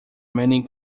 many